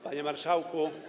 Panie Marszałku!